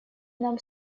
нам